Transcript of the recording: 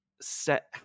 set